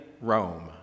Rome